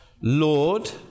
Lord